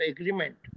Agreement